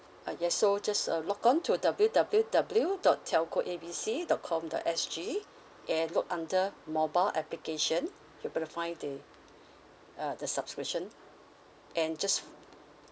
uh yes so just uh log on to W_W_W dot telco A B C dot com dot S G and look under mobile application you're gonna find the uh the subscription and just